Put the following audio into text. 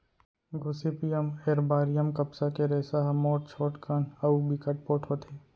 Gossypium arboreum कपसा के रेसा ह मोठ, छोटकन अउ बिकट पोठ होथे